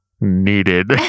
needed